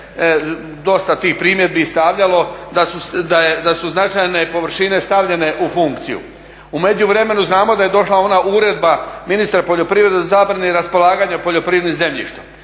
dosta tih primjedbi stavljalo, da su značajne površine stavljenu u funkciju. U međuvremenu znamo da je došla ona uredba ministra poljoprivrede o zabrani raspolaganja poljoprivrednim zemljištem.